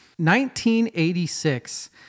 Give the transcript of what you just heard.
1986